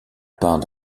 peint